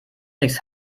nichts